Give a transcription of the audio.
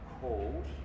called